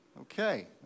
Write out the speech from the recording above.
Okay